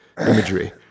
Imagery